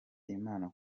imana